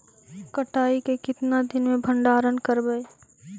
कटाई के कितना दिन मे भंडारन करबय?